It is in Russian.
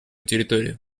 территорию